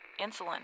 insulin